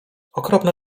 okropne